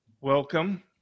welcome